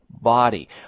body